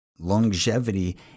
Longevity